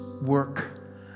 work